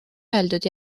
öeldud